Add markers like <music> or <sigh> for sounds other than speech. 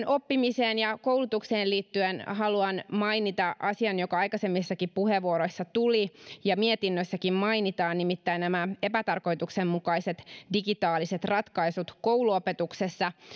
<unintelligible> oppimiseen ja koulutukseen liittyen haluan mainita asian joka aikaisemmissakin puheenvuoroissa tuli ja mietinnössäkin mainitaan nimittäin nämä epätarkoituksenmukaiset digitaaliset ratkaisut kouluopetuksessa